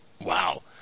Wow